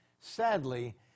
Sadly